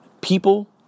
People